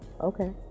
okay